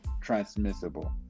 transmissible